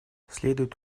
следует